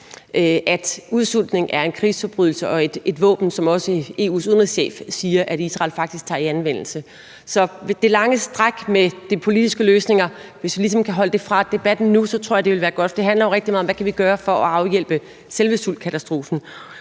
at udsultning er en krigsforbrydelse og et våben, som også EU's uden chef siger at Israel faktisk tager i anvendelse. Så hvis vi ligesom kan holde det lange stræk med de politiske løsninger væk fra debatten nu, tror jeg, det vil være godt. Det handler jo rigtig meget om, hvad vi kan gøre for at afhjælpe selve sultkatastrofen.